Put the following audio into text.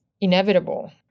inevitable